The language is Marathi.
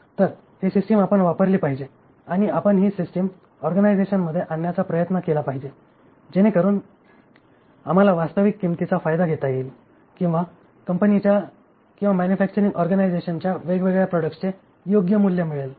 तर ही सिस्टिम आपण वापरली पाहिजे आणि आपण ही सिस्टिम ऑर्गनिझेशनमध्ये आणण्याचा प्रयत्न केला पाहिजे जेणेकरून आम्हाला वास्तविक किंमतीचा फायदा घेता येईल किंवा कंपनीच्या किंवा मॅन्युफॅक्चरिंग ऑरगॅनिझशनच्या वेगवेगळ्या प्रॉडक्ट्स चे योग्य मूल्य मिळेल